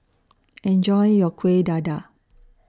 Enjoy your Kuih Dadar